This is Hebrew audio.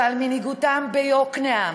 שעל מנהיגותם ביוקנעם,